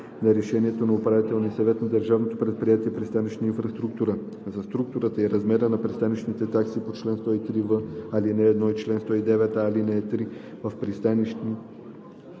на решението на управителния съвет на Държавно предприятие „Пристанищна инфраструктура“ за структурата и размера на пристанищните такси по чл. 103в, ал. 1 и чл. 109а, ал. 3 в пристанище